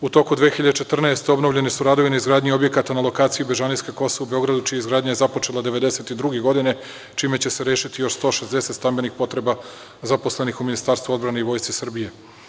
U toku 2014. godine obnovljeni su radovi na izgradnji objekata na lokaciji Bežanijska Kosa u Beogradu, čija je izgradnja započeta 1992. godine, čime će se rešiti još 160 stambenih potreba zaposlenih u Ministarstvu odbrane i Vojsci Srbije.